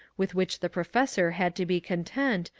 with which the professor had to be content,